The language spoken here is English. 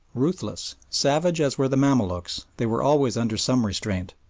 ruthless, savage as were the mamaluks, they were always under some restraint.